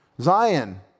Zion